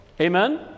Amen